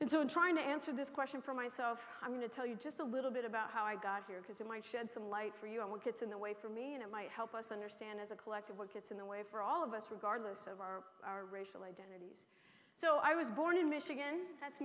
and so in trying to answer this question for myself i'm going to tell you just a little bit about how i got here because it might shed some light for you on what gets in the way for me and it might help us understand as a collective what gets in the way for all of us regardless of our our racial identity so i was born in michigan that's